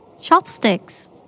Chopsticks